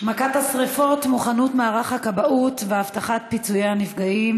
מכת השרפות, מוכנות הכבאות והבטחת פיצוי הנפגעים,